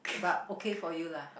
but okay for you lah